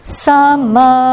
Sama